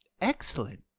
excellent